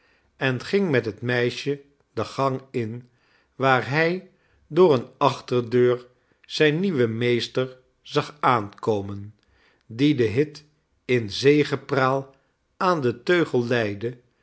en ging met het meisje den gang in waar hij door eene achterdeur zijn nieuwen meester zag aankomen die den hit in zegepraal aan den teugel leidde